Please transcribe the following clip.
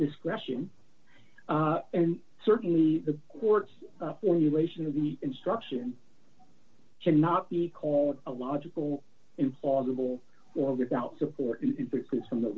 discretion and certainly the court's formulation of the instruction cannot be called a logical implausible or without support from the